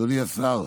אדוני השר,